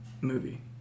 movie